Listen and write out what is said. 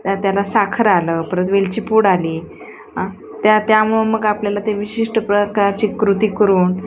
त्या त्याला साखर आलं परत वेलची पूड आली त्या त्यामुळं मग आपल्याला ते विशिष्ट प्रकारची कृती करून